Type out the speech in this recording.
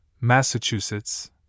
Massachusetts